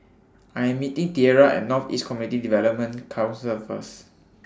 I Am meeting Tierra At North East Community Development Council First